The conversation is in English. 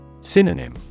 Synonym